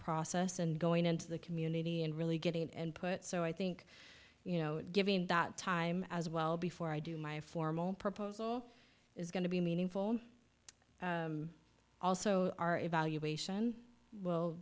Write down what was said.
process and going into the community and really getting it and put so i think you know giving dot time as well before i do my formal proposal is going to be meaningful also our evaluation will